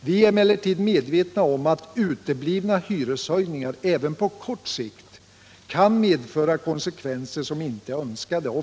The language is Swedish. Vi är emellertid medvetna om att uteblivna hyreshöjningar även på kort sikt kan medföra konsekvenser som inte är önskade.